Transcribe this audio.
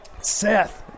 Seth